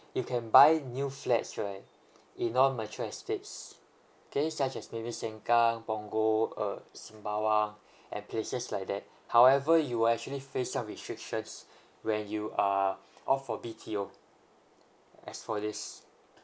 you can buy new flats right in all major estates okay such as maybe sengkang punggol uh sembawang and places like that however you actually face some restrictions where you apply for a B_T_O as for this